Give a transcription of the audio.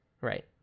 right